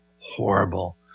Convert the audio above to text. horrible